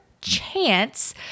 chance